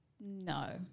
No